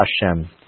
Hashem